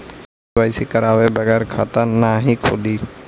KYC करवाये बगैर खाता नाही खुली?